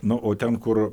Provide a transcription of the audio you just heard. na o ten kur